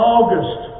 August